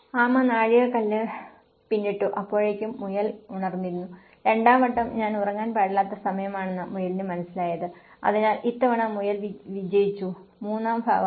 ആമ നാഴികക്കല്ല് പിന്നിട്ടു അപ്പോഴേക്കും മുയൽ ഉണർന്നിരുന്നു രണ്ടാം വട്ടം ഞാൻ ഉറങ്ങാൻ പാടില്ലാത്ത സമയമാണെന്ന് മുയലിന് മനസ്സിലായത് അതിനാൽ ഇത്തവണ മുയൽ വിജയിച്ചു മൂന്നാം ഭാവം